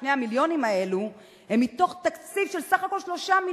2 המיליונים האלה הם מתוך תקציב של בסך הכול 3 מיליונים